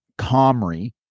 Comrie